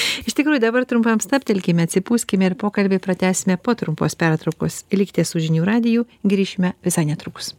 iš tikrųjų dabar trumpam stabtelkime atsipūskime ir pokalbį pratęsime po trumpos pertraukos likite su žinių radiju grįšime visai netrukus